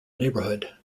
neighbourhood